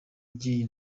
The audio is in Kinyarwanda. by’iyi